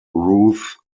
ruth